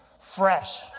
Fresh